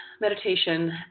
meditation